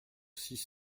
six